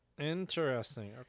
Interesting